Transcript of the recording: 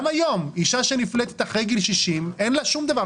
גם היום, אישה שנפלטת אחר גיל 60, אין לה שום דבר.